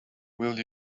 will